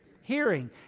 Hearing